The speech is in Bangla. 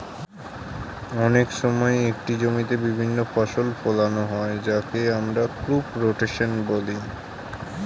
অনেক সময় একটি জমিতে বিভিন্ন ফসল ফোলানো হয় যাকে আমরা ক্রপ রোটেশন বলি